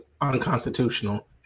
unconstitutional